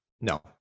No